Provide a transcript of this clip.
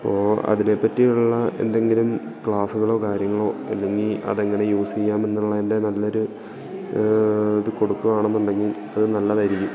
അപ്പോൾ അതിനെ പറ്റിയുള്ള എന്തെങ്കിലും ക്ലാസ്സുകളോ കാര്യങ്ങളോ അല്ലെങ്കിൽ അതെങ്ങനെ യൂസ് ചെയ്യാമെന്ന് ഉള്ളതിൻ്റെ നല്ലൊരു ഇത് കൊടുക്കുക ആണെന്ന് ഉണ്ടെങ്കിൽ അത് നല്ലതായിരിക്കും